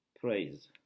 praise